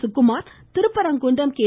Sukumar Thiruparankundram K